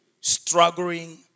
struggling